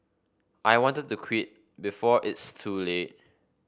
I wanted to quit before it's too late